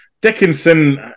Dickinson